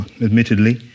admittedly